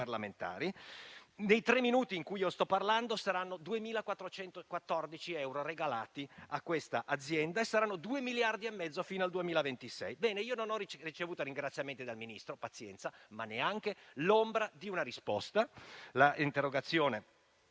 parlamentari. Nei tre minuti in cui sto parlando saranno 2.414 gli euro regalati a questa azienda e saranno 2,5 miliardi fino al 2026. Bene: io non ho ricevuto ringraziamenti dal Ministro - pazienza - ma neanche l'ombra di una risposta. L'interrogazione